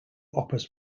opus